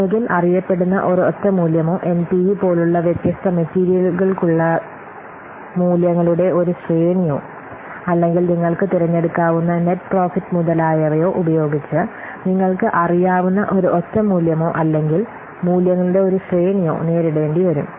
ഒന്നുകിൽ അറിയപ്പെടുന്ന ഒരൊറ്റ മൂല്യമോ എൻപിവി പോലുള്ള വ്യത്യസ്ത മെറ്റീരിയലുകൾക്കായുള്ള മൂല്യങ്ങളുടെ ഒരു ശ്രേണിയോ അല്ലെങ്കിൽ നിങ്ങൾക്ക് തിരഞ്ഞെടുക്കാവുന്ന നെറ്റ് പ്രോഫിറ്റ് മുതലായവയോ ഉപയോഗിച്ച് നേരിടേണ്ടിവരും